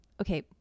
okay